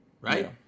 right